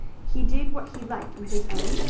he did what he liked with his own.